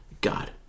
god